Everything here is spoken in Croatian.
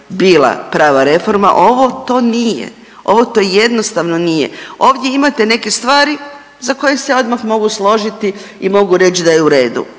prava reforma, ovo to nije. Ovo to jednostavno nije. Ovdje imate neke stvari za koje se odmah složiti i mogu reći da je u redu.